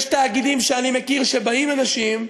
יש תאגידים שאני מכיר שבאים אנשים,